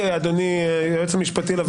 אדוני היועץ המשפטי לוועדה,